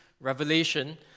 revelation